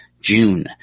June